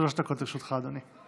שלוש דקות לרשותך, אדוני.